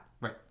Right